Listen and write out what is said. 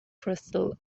crystal